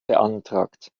beantragt